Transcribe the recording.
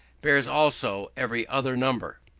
bears also every other number.